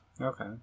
Okay